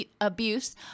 abuse